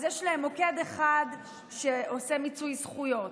אז יש להם מוקד אחד שעושה מיצוי זכויות,